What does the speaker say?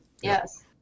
Yes